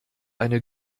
eine